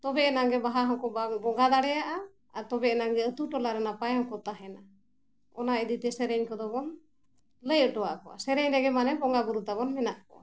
ᱛᱚᱵᱮ ᱮᱱᱟᱝᱜᱮ ᱵᱟᱦᱟ ᱦᱚᱸᱠᱚ ᱵᱟᱝ ᱵᱚᱸᱜᱟ ᱫᱟᱲᱮᱭᱟᱜᱼᱟ ᱟᱨ ᱛᱚᱵᱮ ᱮᱱᱟᱝ ᱜᱮ ᱟᱛᱳ ᱴᱚᱞᱟ ᱨᱮ ᱱᱟᱯᱟᱭ ᱦᱚᱸᱠᱚ ᱛᱟᱦᱮᱱᱟ ᱚᱱᱟ ᱤᱫᱤ ᱛᱮ ᱥᱮᱨᱮᱧ ᱠᱚᱫᱚ ᱵᱚᱱ ᱞᱟᱹᱭ ᱦᱚᱴᱚ ᱟᱫ ᱠᱚᱣᱟ ᱥᱮᱨᱮᱧ ᱨᱮᱜᱮ ᱢᱟᱱᱮ ᱵᱚᱸᱜᱟ ᱵᱩᱨᱩ ᱛᱟᱵᱚᱱ ᱢᱮᱱᱟᱜ ᱠᱚᱣᱟ